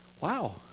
Wow